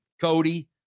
Cody